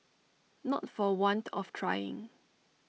not for want of trying